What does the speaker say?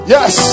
Yes